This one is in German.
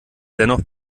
dennoch